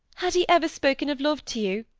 had he ever spoken of love to you?